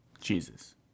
Jesus